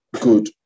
Good